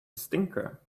stinker